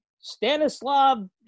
Stanislav